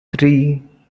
three